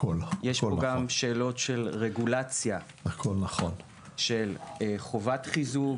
יש פה גם שאלות של רגולציה, של חובת חיזוק.